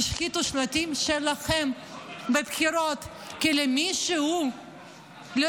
ישחיתו שלטים שלכן בבחירות כי למישהו לא